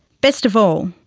best of all,